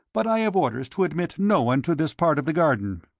but i have orders to admit no one to this part of the garden.